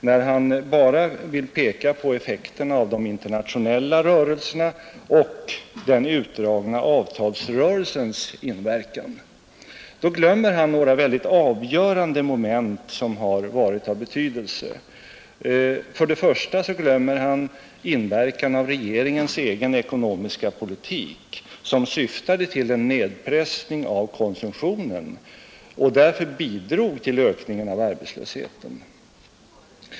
När han bara vill peka på effekterna av de internationella rörelserna och den utdragna avtalsrörelsens inverkan, då glömmer han några moment som har varit av avgörande betydelse, För det första glömmer han inverkan av regeringens egen ekonomiska politik, som syftade till en nedpressning av konsumtionen och därför bidrog till ökningen av arbetslösheten.